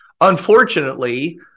Unfortunately